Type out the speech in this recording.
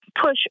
Push